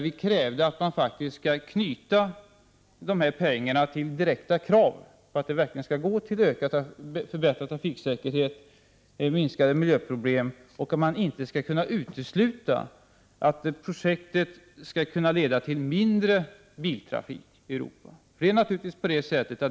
Vi krävde att man skall knyta dessa pengar till direkta krav — att de verkligen skall gå till förbättrad trafiksäkerhet och minskade miljöproblem, och att man inte skall kunna utesluta att projektet kan leda till mindre biltrafik i Europa.